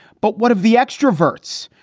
but what if the extroverts,